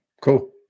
Cool